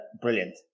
Brilliant